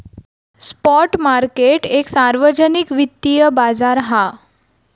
spot market एक सार्वजनिक वित्तिय बाजार हा